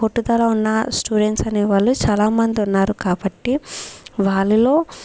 పట్టుదల ఉన్న స్టూడెంట్స్ అనేవాళ్ళు చాలామందున్నారు కాబట్టి వాళ్ళలో